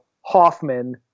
Hoffman